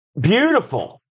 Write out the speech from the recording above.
Beautiful